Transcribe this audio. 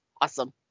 awesome